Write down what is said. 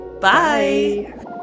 Bye